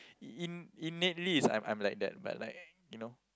in innately is I'm I'm like that but like you know